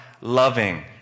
loving